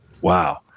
wow